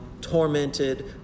tormented